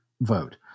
vote